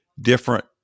different